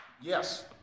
Yes